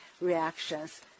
reactions